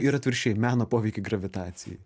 ir atvirkščiai meno poveikį gravitacijai